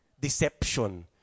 Deception